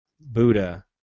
Buddha